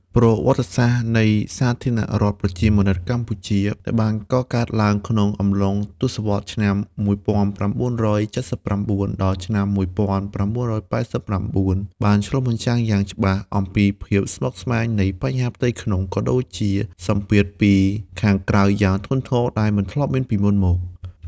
ប្រវត្តិសាស្ត្រនៃសាធារណរដ្ឋប្រជាមានិតកម្ពុជា ដែលបានកកើតឡើងក្នុងអំឡុងទសវត្សរ៍ឆ្នាំ១៩៧៩ ដល់ឆ្នាំ១៩៨៩ បានឆ្លុះបញ្ចាំងយ៉ាងច្បាស់អំពីភាពស្មុគស្មាញនៃបញ្ហាផ្ទៃក្នុង ក៏ដូចជាសម្ពាធពីខាងក្រៅយ៉ាងធ្ងន់ធ្ងរដែលមិនធ្លាប់មានពីមុនមក។